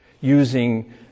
using